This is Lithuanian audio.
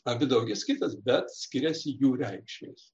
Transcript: abi daugiskaitas bet skiriasi jų reikšmės